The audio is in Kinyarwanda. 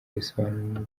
risobanura